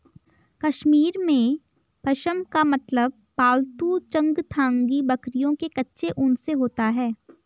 कश्मीर में, पश्म का मतलब पालतू चंगथांगी बकरियों के कच्चे ऊन से होता है